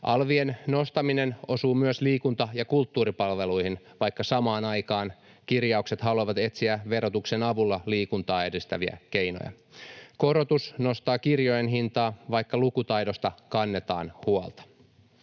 alvien nostaminen osuu liikunta‑ ja kulttuuripalveluihin, vaikka samaan aikaan kirjaukset haluavat etsiä verotuksen avulla liikuntaa edistäviä keinoja. Korotus nostaa kirjojen hintaa, vaikka lukutaidosta kannetaan huolta.